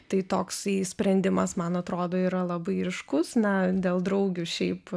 tai toksai sprendimas man atrodo yra labai ryškus na dėl draugių šiaip